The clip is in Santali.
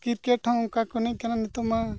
ᱠᱨᱤᱠᱮᱹᱴ ᱦᱚᱸ ᱚᱱᱠᱟ ᱜᱮᱠᱚ ᱮᱱᱮᱡ ᱠᱟᱱᱟ ᱱᱤᱛᱚᱝ ᱢᱟ